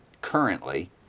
currently